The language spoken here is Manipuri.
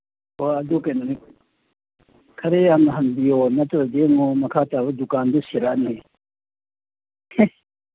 ꯍꯣꯏ ꯑꯗꯨ ꯀꯩꯅꯣꯅꯤ ꯈꯔ ꯌꯥꯝꯅ ꯍꯟꯕꯤꯌꯣ ꯅꯠꯇ꯭ꯔꯗꯤ ꯑꯃꯨꯛ ꯃꯈꯥ ꯇꯥꯕ ꯗꯨꯀꯥꯟꯗꯨ ꯁꯤꯔꯛꯑꯅꯤ